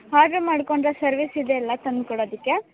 order ಮಾಡಿಕೊಂಡ್ರೆ service ಇದೆಯಲ್ಲ ತಂದುಕೊಡೋದಕ್ಕೆ